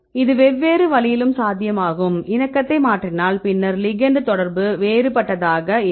இது வேறு வழியிலும் சாத்தியமாகும் இணக்கத்தை மாற்றினால் பின்னர் லிகெெண்ட் தொடர்பு வேறுபட்டதாக இருக்கும்